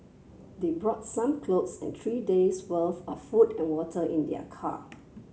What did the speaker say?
they brought some clothes and three days' worth of food and water in their car